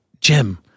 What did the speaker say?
Jim